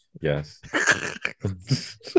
Yes